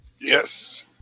Yes